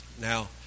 now